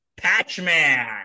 Patchman